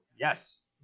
Yes